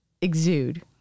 exude